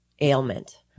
ailment